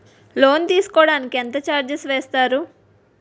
Loan తీసుకోడానికి ఎంత charges వేస్తారు?